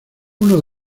uno